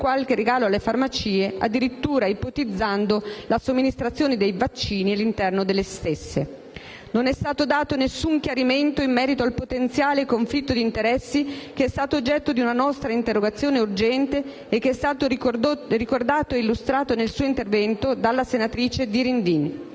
qualche regalo alle farmacie, addirittura ipotizzando la somministrazione dei vaccini all'interno delle stesse. Non è stato dato alcun chiarimento in merito al potenziale conflitto di interessi, che è stato oggetto di una nostra interrogazione urgente e che è stato ricordato e illustrato nel suo intervento dalla senatrice Dirindin.